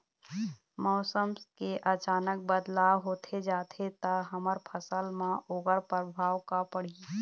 मौसम के अचानक बदलाव होथे जाथे ता हमर फसल मा ओकर परभाव का पढ़ी?